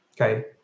Okay